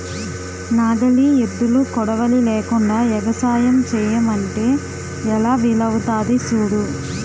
నాగలి, ఎద్దులు, కొడవలి లేకుండ ఎగసాయం సెయ్యమంటే ఎలా వీలవుతాది సూడు